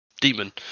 demon